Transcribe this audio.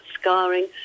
scarring